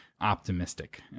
optimistic